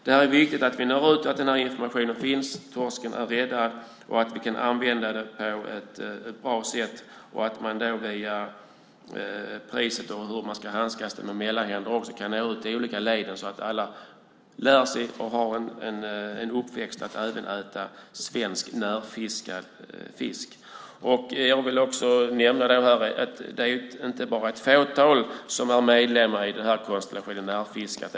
Det är viktigt att vi når ut och att informationen finns. Torsken är räddad, och vi kan använda den på ett bra sätt. Via priset och det sätt man handskas med det hela på via mellanhänder kan man nå ut till olika led så att alla lär sig detta. Man ska under sin uppväxt även äta svensk närfiskad fisk. Jag vill också nämna att det inte bara är ett fåtal som är medlemmar i konstellationen Närfiskat.